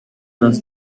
las